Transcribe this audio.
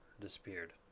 Disappeared